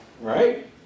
right